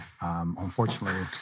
Unfortunately